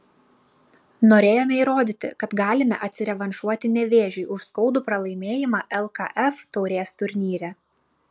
norėjome įrodyti kad galime atsirevanšuoti nevėžiui už skaudų pralaimėjimą lkf taurės turnyre